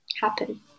happen